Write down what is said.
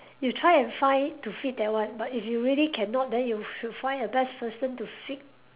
you try and find to fit that one but if you really cannot then you should find a best person to fit